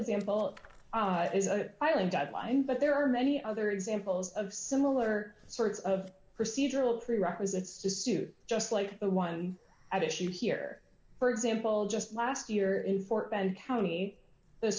example up is a filing deadline but there are many other examples of similar sorts of procedural prerequisites to suit just like the one at issue here for example just last year in fort bend county the